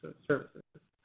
services.